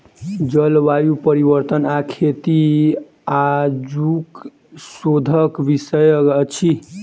जलवायु परिवर्तन आ खेती आजुक शोधक विषय अछि